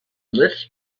lift